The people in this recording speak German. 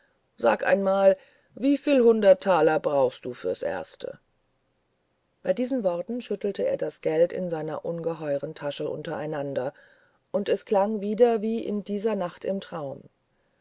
sag einmal wieviel hundert taler brauchst du fürs erste bei diesen worten schüttelte er das geld in seiner ungeheuren tasche untereinander und es klang wieder wie diese nacht im traum